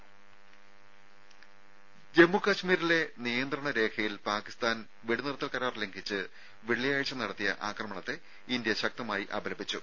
രും ജമ്മുകശ്മീരിലെ നിയന്ത്രണ രേഖയിൽ പാക്കിസ്ഥാൻ വെടിനിർത്തൽ കരാർ ലംഘിച്ചു വെള്ളിയാഴ്ച്ച നടത്തിയ അക്രമണത്തെ ഇന്ത്യ ശക്തമായി അപലപിച്ചു